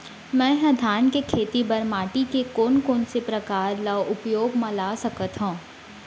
मै ह धान के खेती बर माटी के कोन कोन से प्रकार ला उपयोग मा ला सकत हव?